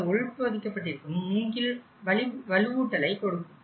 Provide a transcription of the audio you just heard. இந்த உள்பொதிக்கப்பட்டிருக்கும் மூங்கில் வலுவூட்டலை கொடுக்கும்